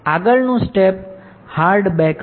આગળનું step hard back હશે